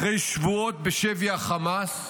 אחרי שבועות בשבי החמאס,